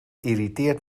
irriteert